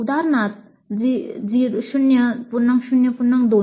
उदाहरण 0 0 2